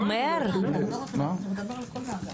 משרד המשפטים לא יודע מה החוק אומר?